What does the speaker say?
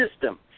system